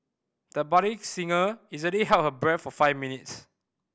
the budding singer easily held her breath for five minutes